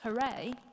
hooray